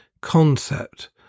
concept